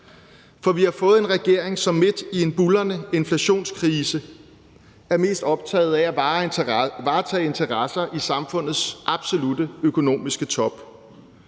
For vi har fået en regering, som midt i en buldrende inflationskrise er mest optaget af at varetage interesserne i samfundets absolutte økonomiske top.